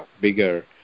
bigger